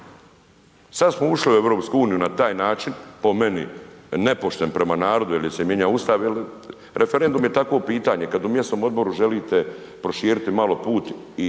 Sad smo ušli u EU na taj način, po meni nepošten prema narodu jer se mijenjao Ustav, referendum je takvo pitanje, kad u mjesnom odboru želite proširit malo put